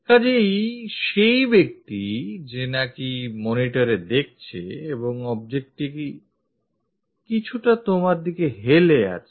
কাজেই তুমি সেই ব্যক্তি যে নাকি monitor এ দেখছে এবং objectটি কিছুটা তোমার দিকে হেলে আছে